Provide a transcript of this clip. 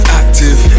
active